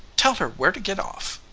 tell her where to get off.